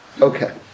Okay